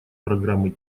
программы